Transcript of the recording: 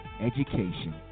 education